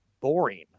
Boring